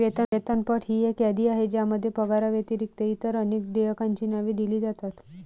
वेतनपट ही एक यादी आहे ज्यामध्ये पगाराव्यतिरिक्त इतर अनेक देयकांची नावे दिली जातात